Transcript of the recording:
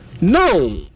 No